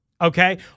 okay